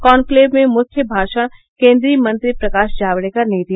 conclave में मुख्य भाषण केन्द्रीय मंत्री प्रकाश जावड़ेकर ने दिया